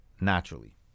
naturally